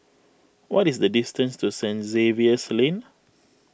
what is the distance to Saint Xavier's Lane